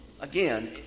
again